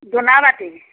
ধূনা বাটি